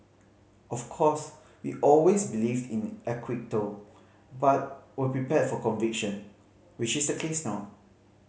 of course we always believed in acquittal but were prepared for conviction which is the case now